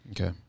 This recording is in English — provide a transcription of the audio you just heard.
Okay